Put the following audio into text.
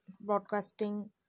broadcasting